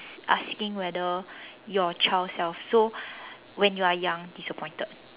asking whether your child self so when you are young disappointed